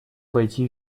пойти